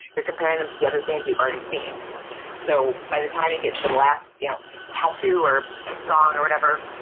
you're comparing them to the other things you've already seen so by the time you get to the last you know tattoo or song or whatever,